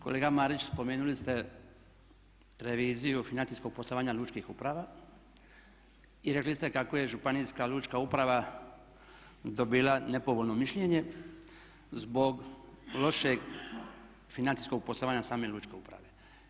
Kolega Marić spomenuli ste reviziju financijskog poslovanja lučkih uprava i rekli ste kako je županijska Lučka uprava dobila nepovoljno mišljenje zbog lošeg financijskog poslovanja same lučke uprave.